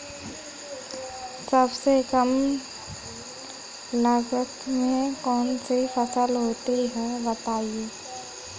सबसे कम लागत में कौन सी फसल होती है बताएँ?